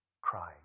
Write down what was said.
crying